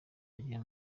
ugira